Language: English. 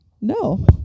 No